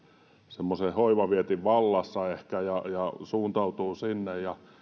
semmoisen hoivavietin vallassa ehkä ja suuntautuu siihen ja